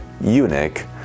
eunuch